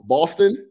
Boston